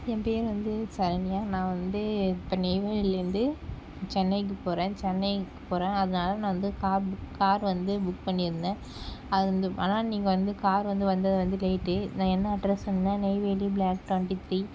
என் பேர் வந்து சரண்யா நான் வந்து இப்போ நெய்வேலிலந்து சென்னைக்கு போகிறேன் சென்னைக்கு போகிறேன் அதனால நான் வந்து கார் புக் கார் வந்து புக் பண்ணியிருந்தேன் அது வந்து ஆனால் நீங்கள் வந்து கார் வந்து வந்தது வந்து லேட்டு நான் என்ன அட்ரெஸ் சொன்னன்னா நெய்வேலி பிளாக் டொண்டி த்ரீ